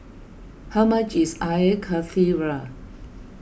how much is Air Karthira